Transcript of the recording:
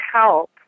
help